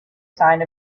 sign